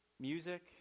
Music